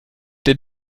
der